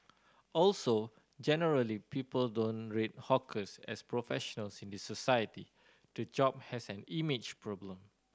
also generally people don't rate hawkers as professionals in the society the job has an image problem